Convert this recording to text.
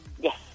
Yes